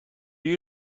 you